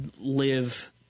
live